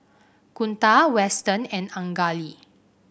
Kunta Weston and Anjali